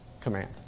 command